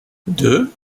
deux